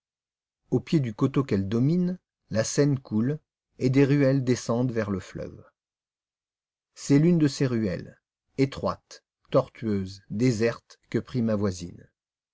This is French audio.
au pied du coteau qu'elle domine la seine coule et des ruelles descendent vers le fleuve c'est l'une de ces ruelles étroite tortueuse déserte que prit ma voisine